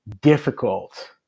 difficult